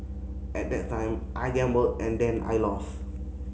at that time I gambled and then I lost